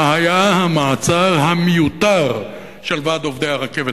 מה היה המעצר המיותר של ועד עובדי הרכבת?